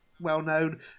well-known